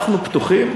אנחנו פתוחים,